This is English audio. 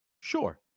Sure